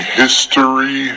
history